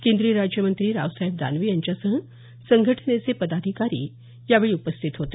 केंद्रीय राज्यमंत्री रावसाहेब दानवे यांच्यासह संघटनेचे पदाधिकारी यावेळी उपस्थित होते